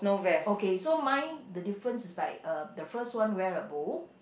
okay so mine the difference is like uh the first one wear a bow